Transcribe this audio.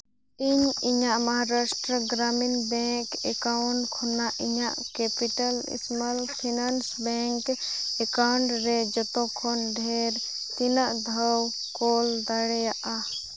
ᱤᱧ ᱤᱧᱟᱹᱜ Maharashtra Gramin bank account ᱠᱷᱚᱱᱟᱜ ᱤᱧᱟᱹᱜ capital small finance bank account ᱨᱮ ᱡᱚᱛᱚ ᱠᱷᱚᱱ ᱰᱷᱮᱨ ᱛᱤᱱᱟᱹᱜ ᱫᱷᱟᱣ ᱠᱚᱞ ᱫᱟᱲᱮᱭᱟᱜᱼᱟ